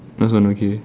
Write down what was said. (uh huh) okay